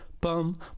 bum